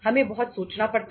हमें बहुत सोचना पड़ता है